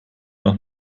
nach